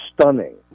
stunning